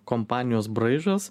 kompanijos braižas